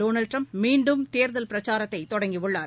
Donald Trump மீண்டும் தேர்தல் பிரச்சாரத்தை தொடங்கியுள்ளார்